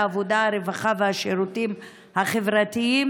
משה אבוטבול (ש"ס): נקווה שהשרה תיתן גב לאומה בענייני תחבורה.